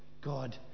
God